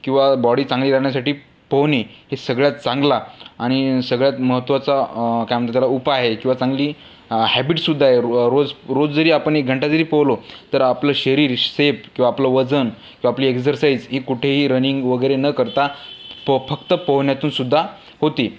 किंवा बॉडी चांगली राहण्यासाठी पोहणे हे सगळ्यात चांगला आणि सगळ्यात महत्वाचा काय म्हणतात त्याला उपाय आहे किंवा चांगली हॅबिटसुद्धा आहे रोज रोज जरी आपण एक घंटा जरी पोहलो तर आपलं शरीर शेप किंवा आपलं वजन किंवा आपली एक्झरसाईज ही कुठेही रनिंग वगैरे न करता पो फक्त पोहण्यातूनसुद्धा होती